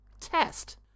test